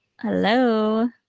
Hello